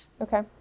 Okay